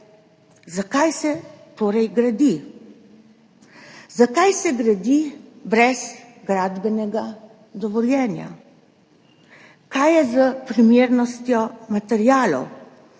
Zakaj se torej gradi? Zakaj se gradi brez gradbenega dovoljenja? Kaj je s primernostjo materialov?